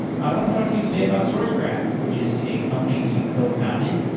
i want to talk to you today about sourcegraph, which is a company that you cofounded.